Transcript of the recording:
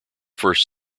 first